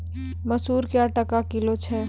मसूर क्या टका किलो छ?